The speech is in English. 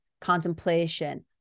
contemplation